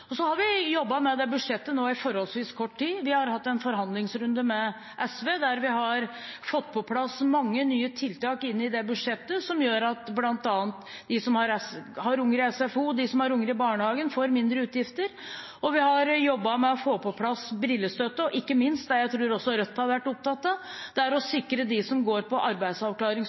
Så har vi jobbet med dette budsjettet i forholdsvis kort tid nå. Vi har hatt en forhandlingsrunde med SV der vi har fått på plass mange nye tiltak i budsjettet, som bl.a. gjør at de som har unger i SFO, og de som har unger i barnehage, får mindre utgifter. Vi har jobbet med å få på plass brillestøtte og ikke minst noe jeg tror også Rødt har vært opptatt av: å sikre de som går på